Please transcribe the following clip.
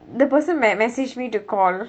the person me~ messaged me to call